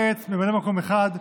מטעם סיעת מרצ ממלא מקום אחד: